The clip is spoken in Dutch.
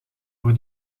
voor